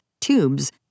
tubes